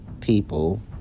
people